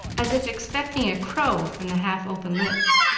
as if expecting a crow from the half-open lips.